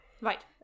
Right